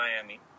Miami